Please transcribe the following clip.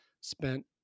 spent